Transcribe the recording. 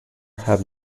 have